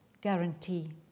guarantee